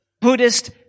Buddhist